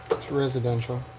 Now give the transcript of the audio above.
it's residential.